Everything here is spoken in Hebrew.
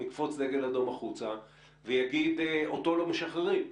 יקפוץ דגל אדום החוצה ויגיד שאותו לא משחררים.